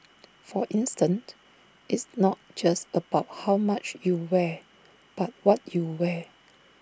for instant it's not just about how much you wear but what you wear